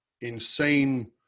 insane